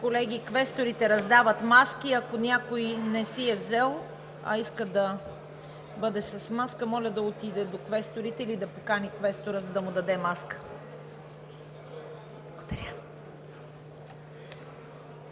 Колеги, квесторите раздават маски. Ако някой не си е взел, а иска да бъде с маска, моля да отиде до квесторите или да покани квестора, за да му даде маска. Моля,